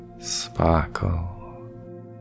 Sparkle